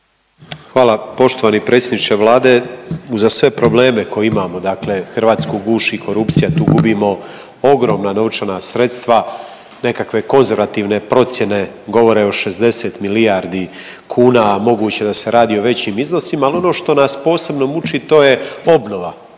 Hvala. Poštovani predsjedniče Vlade uza sve probleme koje imamo dakle Hrvatsku guši korupcija. Tu gubimo ogromna novčana sredstva. Nekakve konzervativne procjene govore o 60 milijardi kuna, a moguće je da se radi o većim iznosima. Ali ono što nas posebno muči to je obnova